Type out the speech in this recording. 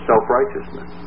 Self-righteousness